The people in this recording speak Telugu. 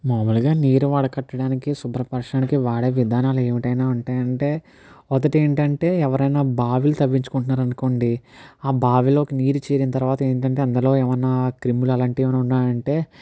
మామూలుగా నీరు వడకట్టడానికి శుభ్రపరచడానికి వాడే విధానాలు ఏవైనా ఉంటాయంటే ఒకటి ఏంటంటే ఎవరైనా బావిలో తవ్వించుకుంటున్నారు అనుకోండి ఆ బావిలోకి నీరు చేరిన తరువాత ఏంటంటే అందులో ఏమైనా క్రిములు అలాంటివి ఏవైనా ఉన్నాయంటే